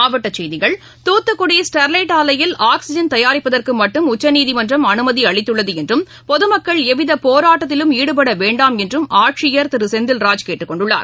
மாவட்டச் செய்திகள் ஸ்டெர்லைட் காக்குக்குட ஆலையில் ஆக்சிஐன் தயாரிப்பகற்குமட்டும் உச்சநீதிமன்றம் அனுமதிஅளித்துள்ளதுஎன்றும் பொதுமக்கள் எவ்விதபோராட்டத்திலும் ஈடுபடவேண்டாம் என்றும் ஆட்சியர் திருசெந்தில்ராஜ் கேட்டுக்கொண்டுள்ளார்